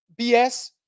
BS